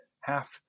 half